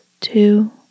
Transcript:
two